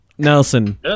Nelson